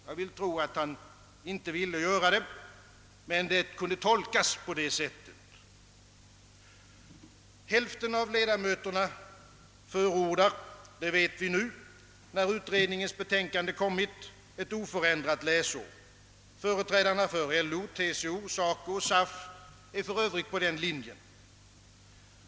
Jag vill tro att det inte varit hans avsikt, men uttalandet kan tolkas på det sättet. Sedan vi nu fått utredningens betänkande, vet vi, att hälften av dess ledamöter föror dar ett oförändrat läsår. Företrädarna för LO, TCO, SACO och SAF är förövrigt också på den linjen.